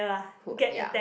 who ya